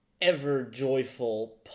ever-joyful